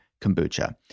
kombucha